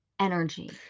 energy